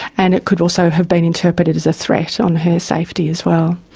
and it could also have been interpreted as a threat on her safety as well.